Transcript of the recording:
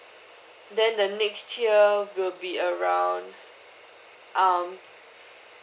then the next tier would be around um